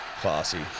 Classy